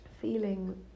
feeling